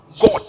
God